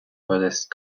buddhist